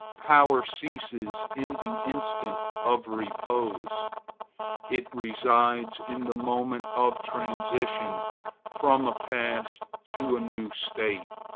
power ceases in the instant of repose it resides in the moment of transition from a past to a new state,